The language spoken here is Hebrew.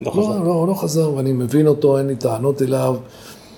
לא, לא, הוא לא חוזר, ואני מבין אותו, אין לי טענות אליו.